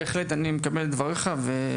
אני מקבל את דבריך בהחלט,